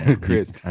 Chris